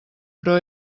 però